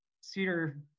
cedar